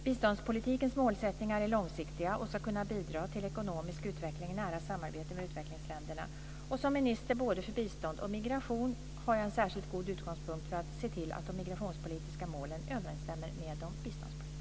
Biståndspolitikens målsättningar är långsiktiga och ska kunna bidra till ekonomisk utveckling i nära samarbete med utvecklingsländerna. Som minister både för bistånd och för migration har jag en särskilt god utgångspunkt för att se till att de migrationspolitiska målen överensstämmer med de biståndspolitiska.